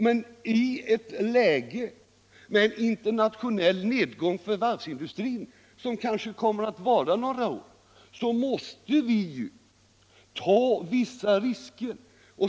Men i ett läge med en internationell nedgång för varvsindustrin, som kanske kommer att vara några år, måste vi ju ta vissa risker.